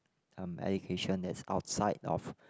um education that's outside of